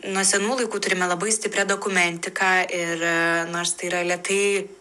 nuo senų laikų turime labai stiprią dokumentiką ir nors tai yra lėtai